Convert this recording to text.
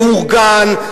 מאורגן,